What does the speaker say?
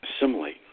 assimilate